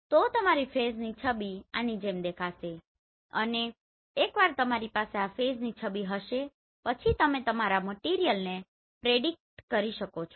તો તમારી ફેઝની છબી આની જેમ દેખાશે અને એકવાર તમારી પાસે આ ફેઝની છબી હશે પછી તમે તમારા મટીરીઅલને પ્રેડીક્ટ કરી શકો છો